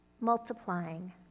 multiplying